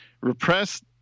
repressed